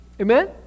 Amen